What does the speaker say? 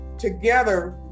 Together